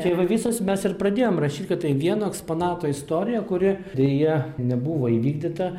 tai va visos mes ir pradėjom rašyt kad tai vieno eksponato istorija kuri deja nebuvo įvykdyta